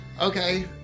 Okay